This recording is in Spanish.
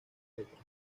letras